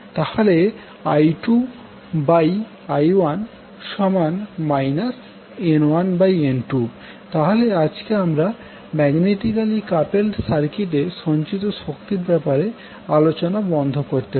তাহলে I2I1 N1N2 তাহলে আজকে আমরা ম্যাগনেটিকালী কাপেলড সার্কিটে সঞ্চিত শক্তির ব্যাপারে আলোচনা বন্ধ করতে পারি